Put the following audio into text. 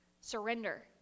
surrender